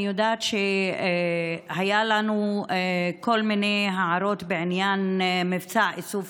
אני יודעת שהיו לנו כל מיני הערות בעניין מבצע איסוף